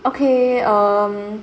okay um